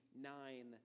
nine